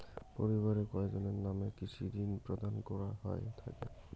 পরিবারের কয়জনের নামে কৃষি ঋণ প্রদান করা হয়ে থাকে?